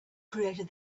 created